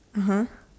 (uh huh)